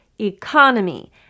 economy